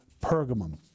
Pergamum